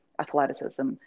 athleticism